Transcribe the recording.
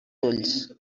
ulls